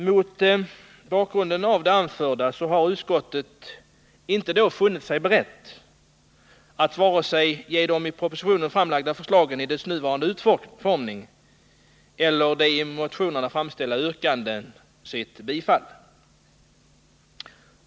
Mot bakgrund av vad som anförts i betänkandet har utskottet inte varit berett att biträda vare sig de i propositionen framlagda förslagen eller motionsyrkandena.